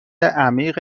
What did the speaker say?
عمیق